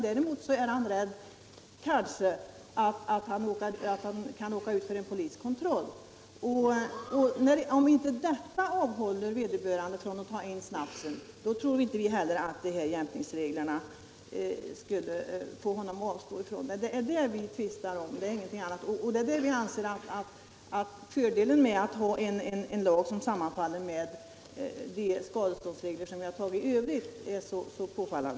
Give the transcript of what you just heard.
Däremot är han rädd för att eventuellt råka ut för en poliskontroll. Om inte detta avhåller vederbörande från att ta en snaps, tror vi inte heller att jämkningsreglerna skulle ha den effekten. Det är detta vi tvistar om. Vi anser att fördelen med en lag som sammanfaller med skadeståndsregler vi har i övrigt är påfallande.